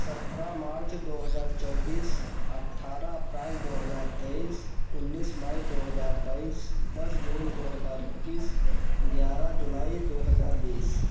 सत्रह मार्च दो हज़ार चौबीस अट्ठारह अप्रैल दो हज़ार तेईस उन्नीस मई दो हज़ार बाईस दस जून दो हज़ार इक्कीस ग्यारह जुलाई दो हज़ार बीस